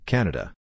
Canada